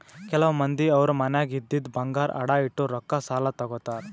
ಕೆಲವ್ ಮಂದಿ ಅವ್ರ್ ಮನ್ಯಾಗ್ ಇದ್ದಿದ್ ಬಂಗಾರ್ ಅಡ ಇಟ್ಟು ರೊಕ್ಕಾ ಸಾಲ ತಗೋತಾರ್